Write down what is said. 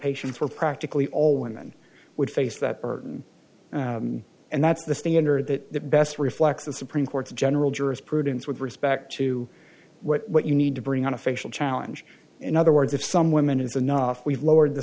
patients were practically all women would face that burden and that's the standard that best reflects the supreme court's general jurisprudence with respect to what you need to bring on a facial challenge in other words if some woman is enough we've lowered the